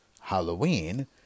Halloween